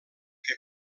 que